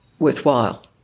Worthwhile